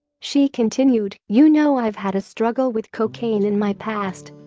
she continued you know i've had a struggle with cocaine in my past